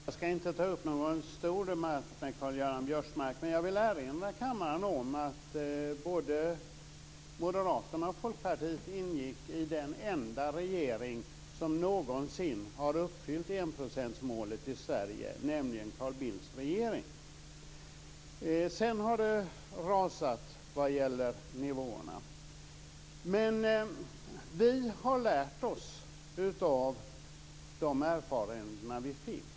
Fru talman! Jag ska inte ta upp någon stor debatt med Karl-Göran Biörsmark. Jag vill erinra kammaren om att både Moderaterna och Folkpartiet ingick i den enda regering som någonsin har uppfyllt enprocentsmålet i Sverige, nämligen Carl Bildts regering. Sedan har det rasat vad gäller nivåerna. Vi har lärt oss av de erfarenheter vi fick.